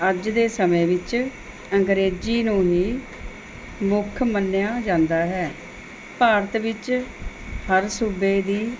ਅੱਜ ਦੇ ਸਮੇਂ ਵਿੱਚ ਅੰਗਰੇਜ਼ੀ ਨੂੰ ਹੀ ਮੁੱਖ ਮੰਨਿਆ ਜਾਂਦਾ ਹੈ ਭਾਰਤ ਵਿੱਚ ਹਰ ਸੂਬੇ ਦੀ